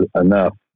enough